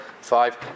five